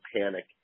panic